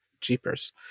jeepers